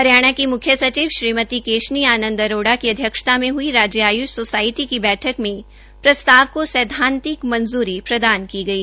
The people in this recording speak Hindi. हरियाणा के मुख्य सचिव श्रीमती केशनी अरोड़ा की अध्यक्षता में हई राज्य आयष सोसायटी की बैठक में प्रस्ताव को सैदांतिक मंजूरी प्रदान की गई